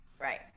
Right